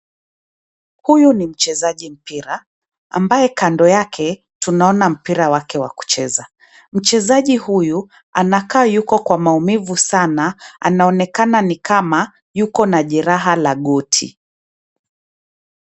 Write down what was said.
Huyu ni mchezaji mpira ambaye kando yake tunaona mbira wake wa kucheza. Mchezaji huyu anakaa yuko kwa maumivu sana anaonekana ni kama yuko na jeraha la goti.